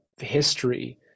history